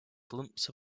glimpse